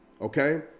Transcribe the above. okay